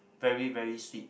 very very sweet